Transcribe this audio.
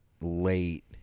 late